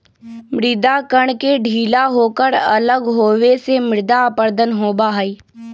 मृदा कण के ढीला होकर अलग होवे से मृदा अपरदन होबा हई